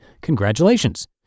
congratulations